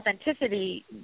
authenticity